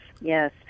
yes